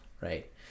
right